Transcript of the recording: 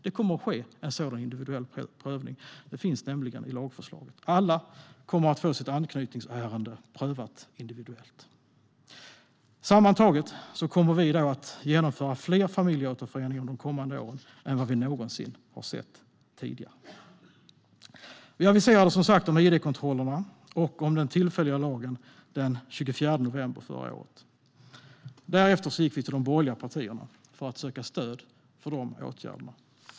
Det kommer att ske en sådan individuell prövning. Det finns nämligen i lagförslaget. Alla kommer att få sitt anknytningsärende prövat individuellt. Sammantaget kommer vi att genomföra fler familjeåterföreningar de kommande åren än vi någonsin sett tidigare. Vi aviserade som sagt om id-kontrollerna och om den tillfälliga lagen den 24 november förra året. Därefter gick vi till de borgerliga partierna för att söka stöd för de åtgärderna.